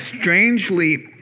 strangely